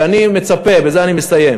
ואני מצפה, ובזה אני מסיים,